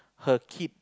her kid